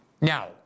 Now